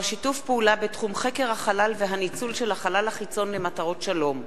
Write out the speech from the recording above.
שיתוף פעולה בתחום חקר החלל והניצול של החלל החיצון למטרות שלום,